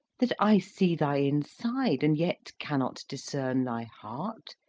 that i see thy inside, and yet cannot discern thy heart,